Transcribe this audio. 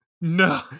No